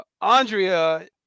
Andrea